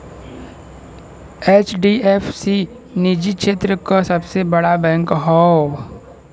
HDFC निजी क्षेत्र क सबसे बड़ा बैंक हौ